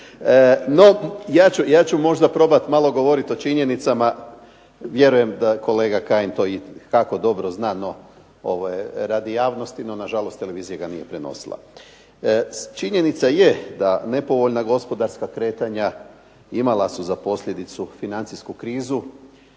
No, ja ću možda probati malo govoriti o činjenicama, vjerujem da kolega Kajin to i kako dobro zna. No, ovo je radi javnosti, no na žalost televizija ga nije prenosila. Činjenica je da nepovoljna gospodarska kretanja imala su za posljedicu financijsku krizu